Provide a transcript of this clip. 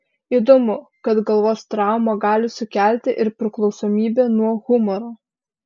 įdomu kad galvos trauma gali sukelti ir priklausomybę nuo humoro